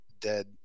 dead